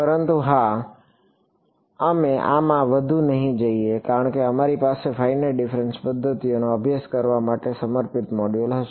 પરંતુ હા અમે આમાં વધુ નહીં જઈએ કારણ કે અમારી પાસે ફાઇનાઇટ ડિફફરેન્સ પદ્ધતિઓનો અભ્યાસ કરવા માટે સમર્પિત મોડ્યુલ હશે